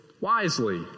wisely